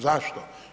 Zašto?